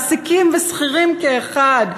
מעסיקים ושכירים כאחד,